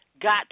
got